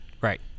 Right